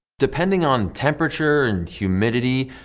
depending on temperature and humidity,